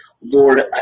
Lord